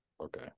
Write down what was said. okay